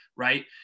Right